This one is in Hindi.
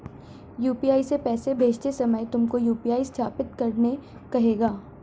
यू.पी.आई से पैसे भेजते समय तुमको यू.पी.आई सत्यापित करने कहेगा